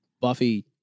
Buffy